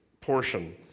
portion